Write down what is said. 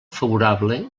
favorable